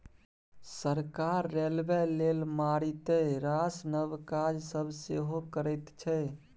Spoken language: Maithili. सरकार रेलबे लेल मारिते रास नब काज सब सेहो करैत छै